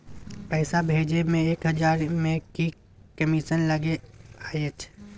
पैसा भैजे मे एक हजार मे की कमिसन लगे अएछ?